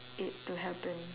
it to happen